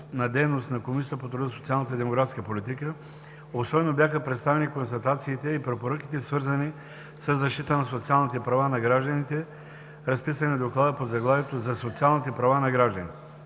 на дейност на Комисията по труда, социалната и демографската политика обстойно бяха представени констатациите и препоръките, свързани със защита на социалните права на гражданите, разписани в доклада под заглавието „За социалните права на гражданите“.